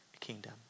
kingdom